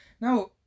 Now